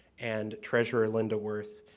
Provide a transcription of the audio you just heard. and treasurer linda wirth.